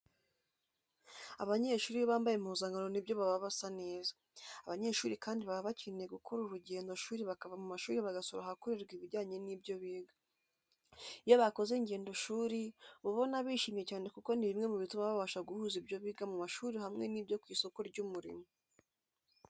Abanyeshuri iyo bambaye impuzankano ni byo baba basa neza. Abanyeshuri kandi baba bakeneye gukora urugendo shuri bakava mu mashuri bagasura ahakorerwa ibijyanye n'ibyo biga. Iyo bakoze ngendo shuri uba ubona bishimye cyane kuko ni bimwe mu bituma babasha guhuza ibyo biga mu mashuri hamwe n'ibyo ku isoko ry'umurimo.